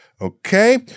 Okay